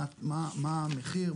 מה המחיר,